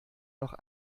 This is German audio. noch